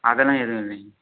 அதெல்லாம் எதுவும் இல்லைங்க